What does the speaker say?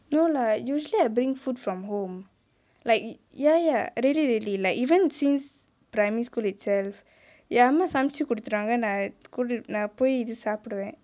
no lah usually I bring food from home like ya ya really really like even since primary school itself என் அம்மா சமச்சி கொடுத்துருவாங்கே நா போய் சாப்புடுவே:en amma samachi koduthuruvangae naa poi saapuduvae